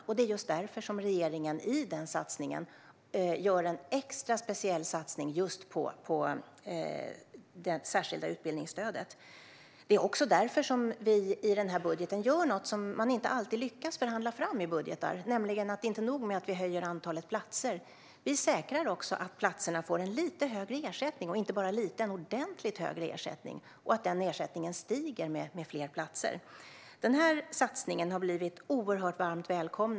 Och det är just därför regeringen i den satsningen gör en extra, speciell satsning just på det särskilda utbildningsstödet. Det är också därför som vi i den här budgeten gör något som man inte alltid lyckas förhandla fram i budgetar. Det är nämligen inte nog med att vi höjer antalet platser; vi säkrar också att platserna får en ordentligt högre ersättning. Den ersättningen stiger också med fler platser.